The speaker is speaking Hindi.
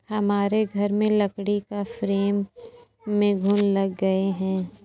हमारे घर में लकड़ी के फ्रेम में घुन लग गए हैं